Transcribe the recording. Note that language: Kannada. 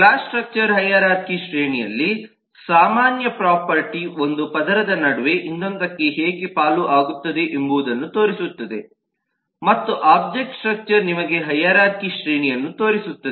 ಕ್ಲಾಸ್ ಸ್ಟ್ರಕ್ಚರ್ ಹೈರಾರ್ಖಿ ಶ್ರೇಣಿಯಲ್ಲಿ ಸಾಮಾನ್ಯ ಪ್ರೊಪರ್ಟಿ ಒಂದು ಪದರದ ನಡುವೆ ಇನ್ನೊಂದಕ್ಕೆ ಹೇಗೆ ಪಾಲು ಆಗುತ್ತದೆ ಎಂಬುದನ್ನು ತೋರಿಸುತ್ತದೆ ಮತ್ತು ಒಬ್ಜೆಕ್ಟ್ ಸ್ಟ್ರಕ್ಚರ್ ನಿಮಗೆ ಹೈರಾರ್ಖಿ ಶ್ರೇಣಿಯನ್ನು ತೋರಿಸುತ್ತದೆ